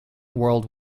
world